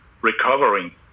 Recovering